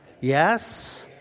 yes